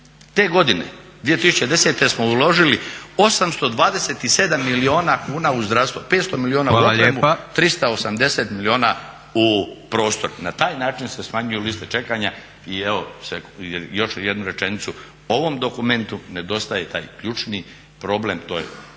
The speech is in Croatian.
Te godine, 2010. smo uložili 827 milijuna kuna u zdravstvo, 500 milijuna u opremu, 380 milijuna u prostor. Na taj način se smanjuju liste čekanja. I evo, još jednu rečenicu, ovom dokumentu nedostaje taj ključni problem to je